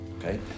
Okay